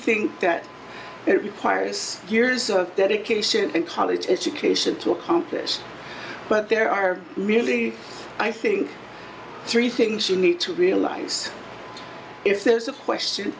think that it requires years of dedication and college education to accomplish but there are really i think three things you need to realize if there's a question